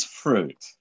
fruit